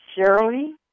Shirley